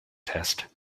test